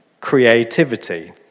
creativity